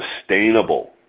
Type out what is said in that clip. sustainable